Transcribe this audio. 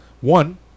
One